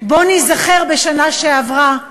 בואו ניזכר בשנה שעברה,